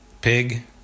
Pig